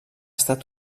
estat